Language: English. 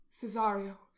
Cesario